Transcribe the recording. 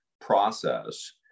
process